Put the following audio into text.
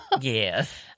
Yes